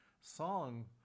Song